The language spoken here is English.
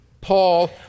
Paul